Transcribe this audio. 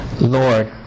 Lord